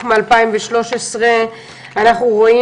אנחנו לא יכולים להגיד להם, אל תיבנו שם.